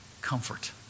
comfort